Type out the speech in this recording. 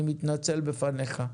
אני מתנצל בפניך,